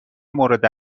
مورد